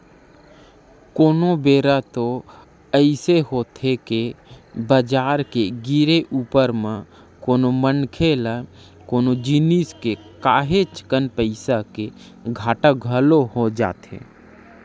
कोनो बेरा तो अइसे होथे के बजार के गिरे ऊपर म कोनो मनखे ल कोनो जिनिस के काहेच कन पइसा के घाटा घलो हो जाथे